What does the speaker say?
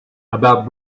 about